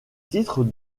titre